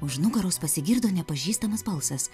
už nugaros pasigirdo nepažįstamas balsas